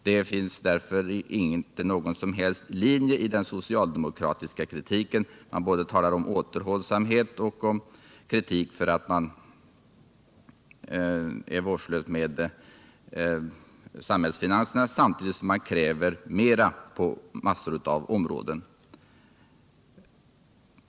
Det finns ingen linje i den socialdemokratiska kritiken — man talar om återhållsamhet och kritiserar regeringen för att den är vårdslös med samhällsfinanserna samtidigt som man kräver mer på massor av områden.